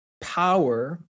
power